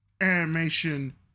animation